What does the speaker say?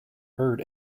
herd